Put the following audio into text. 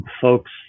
folks